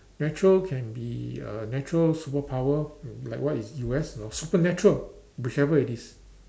natural can be uh natural superpower like what is U_S or supernatural whichever it is